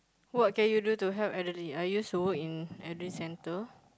what can you do to help elderly I used to work in elderly centre